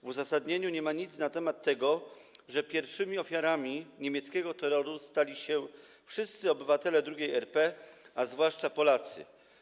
W uzasadnieniu nie ma nic na temat tego, że pierwszymi ofiarami niemieckiego terroru stali się wszyscy obywatele II RP, a zwłaszcza Polacy.